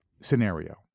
scenario